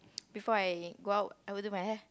before I go out I will do my hair